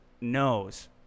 knows